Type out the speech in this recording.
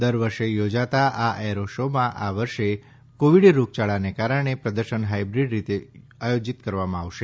દર વર્ષે યોજાતા આ એરો શોમાં આ વર્ષે કોવિડ રોગયાળાને કારણે પ્રદર્શન હાઇબ્રીડ રીતે આથોજીત કરવામાં આવશે